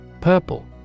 Purple